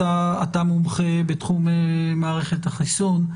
אתה מומחה בתחום מערכת החיסון,